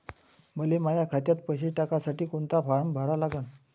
मले माह्या खात्यात पैसे टाकासाठी कोंता फारम भरा लागन?